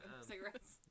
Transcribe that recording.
cigarettes